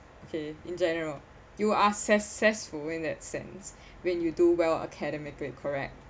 okay in general you are successful in that sense when you do well academically correct